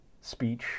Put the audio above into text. speech